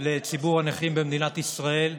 לציבור הנכים במדינת ישראל.